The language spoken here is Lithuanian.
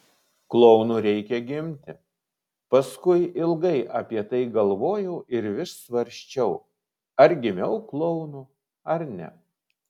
klounu reikia gimti paskui ilgai apie tai galvojau ir vis svarsčiau ar gimiau klounu ar ne